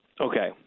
Okay